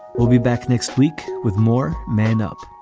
we'll be back next week with more man up